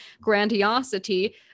Grandiosity